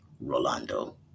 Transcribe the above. Rolando